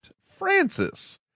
Francis